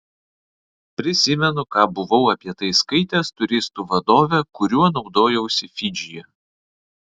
prisimenu ką buvau apie tai skaitęs turistų vadove kuriuo naudojausi fidžyje